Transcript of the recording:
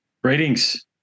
Greetings